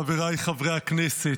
חבריי חברי הכנסת,